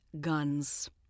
guns